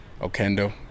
Okendo